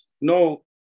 no